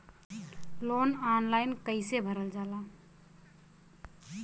Loan online कइसे भरल जाला?